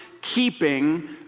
keeping